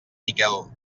miquel